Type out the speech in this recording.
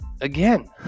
again